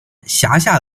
辖下